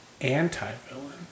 anti-villain